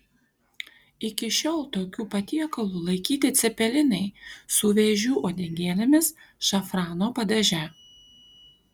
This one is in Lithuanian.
iki šiol tokiu patiekalu laikyti cepelinai su vėžių uodegėlėmis šafrano padaže